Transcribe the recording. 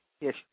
Yes